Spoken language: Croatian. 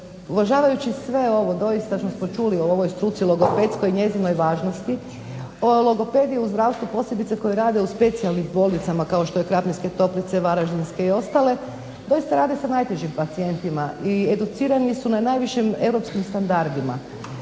Uvažavajući sve ovo što smo čuli o struci logopedskoj, o njezinoj važnosti, logopedi u zdravstvu posebice koji rade u specijalnim bolnicama kao što je Krapinske toplice, Varaždinske i ostale doista rade sa najtežim pacijentima i educirani su na najvišim Europskim standardima.